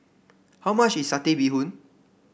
how much is Satay Bee Hoon